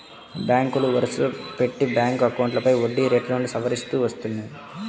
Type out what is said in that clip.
బ్యాంకులు వరుసపెట్టి బ్యాంక్ అకౌంట్లపై వడ్డీ రేట్లను సవరిస్తూ వస్తున్నాయి